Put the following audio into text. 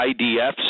IDF